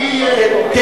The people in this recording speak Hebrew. למה לא אוספים את הנשק?